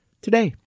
today